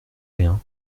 rien